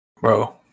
bro